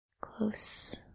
close